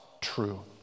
true